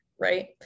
right